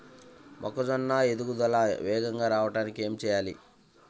మొక్కజోన్న ఎదుగుదల వేగంగా రావడానికి ఏమి చెయ్యాలి?